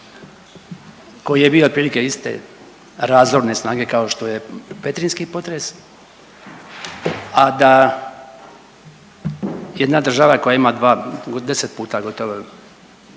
koji je bio otprilike iste razorne snage kao što petrinjski potres, a da jedna država koja ima 20 puta gotovo